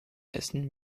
essen